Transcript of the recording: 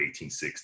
1860